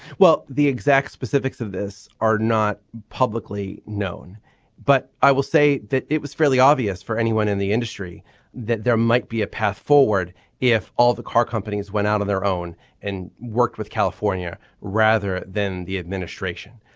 well the exact specifics of this are not publicly known but i will say that it was fairly obvious for anyone in the industry that there might be a path forward if all the car companies went out on their own and worked with california rather than the administration.